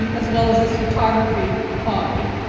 um as well as his photography hobby.